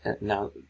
Now